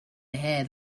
hear